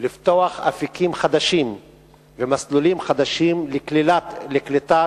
לפתוח אפיקים חדשים ומסלולים חדשים לקליטת